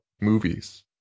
movies